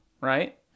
right